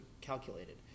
calculated